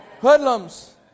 Hoodlums